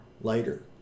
later